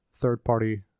third-party